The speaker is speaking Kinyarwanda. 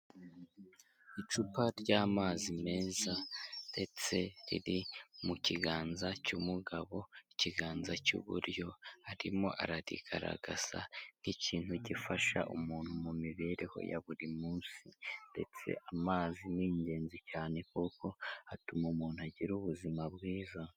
Icupa ry'amazi meza ndetse riri mu kiganza cy'umugabo, ikiganza cy'iburyo, arimo ararigaragaza nk'ikintu gifasha umuntu mu mibereho ya buri munsi ndetse amazi ni ingenzi cyane, kuko atuma umuntu agira ubuzima bwiza.